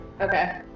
Okay